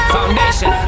foundation